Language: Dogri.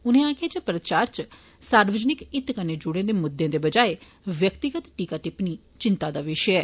उनें आक्खेआ जे प्रचार इच सार्वजनिक हित कन्ने जुडे दे मुद्दे दे बजाय व्यक्तिगत टिक्का टिप्णी चिन्ता दा विषय ऐ